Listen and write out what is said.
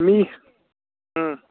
ꯃꯤ ꯎꯝ